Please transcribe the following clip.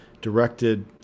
directed